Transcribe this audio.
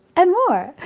and more.